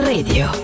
Radio